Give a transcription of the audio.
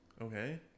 Okay